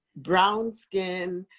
browned-skin,